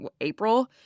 April